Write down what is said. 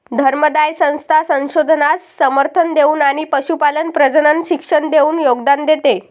धर्मादाय संस्था संशोधनास समर्थन देऊन आणि पशुपालन प्रजनन शिक्षण देऊन योगदान देते